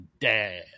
dad